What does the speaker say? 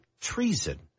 treason